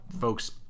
folks